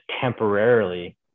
temporarily